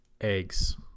eggs